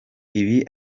ibi